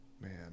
man